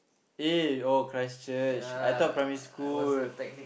aye oh Christchurch I thought primary school